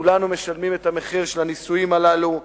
כולנו משלמים את המחיר של הניסויים הללו,